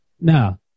no